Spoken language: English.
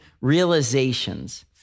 realizations